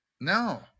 No